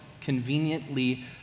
conveniently